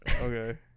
Okay